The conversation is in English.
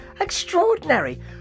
Extraordinary